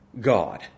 God